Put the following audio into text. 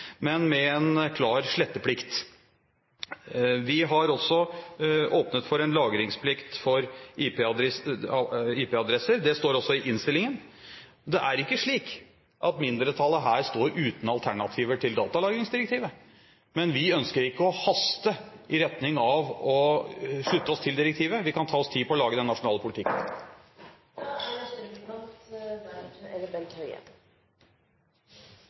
men med en klar sletteplikt. Vi har også åpnet for en lagringsplikt for IP-adresser; det står også i innstillingen. Det er ikke slik at mindretallet her står uten alternativer til datalagringsdirektivet, men vi ønsker ikke å haste i retning av å slutte oss til direktivet. Vi kan ta oss tid på å lage den nasjonale politikken.